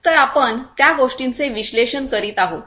तर आपण त्या गोष्टींचे विश्लेषण करीत आहोत